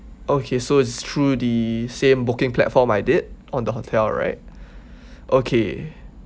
okay so it's through the same booking platform I did on the hotel right okay